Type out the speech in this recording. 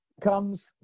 comes